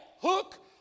hook